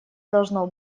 должно